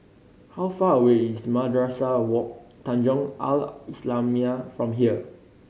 how far away is Madrasah Wak Tanjong Al Islamiah from here